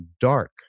dark